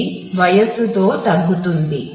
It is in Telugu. ఇది వయస్సుతో తగ్గుతుంది